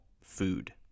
food